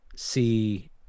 see